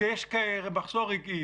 כשיש מחסור רגעי.